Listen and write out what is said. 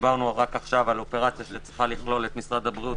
דיברנו עכשיו על אופרציה שצריכה לכלול את משרד הבריאות,